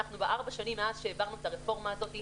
אנחנו בארבע שנים מאז שהעברנו את הרפורמה הזאת,